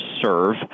serve